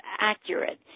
accurate